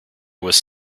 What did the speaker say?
was